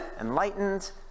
enlightened